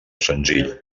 senzill